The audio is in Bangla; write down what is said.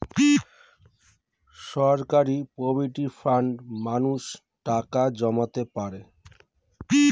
সরকারি প্রভিডেন্ট ফান্ডে মানুষ টাকা জমাতে পারে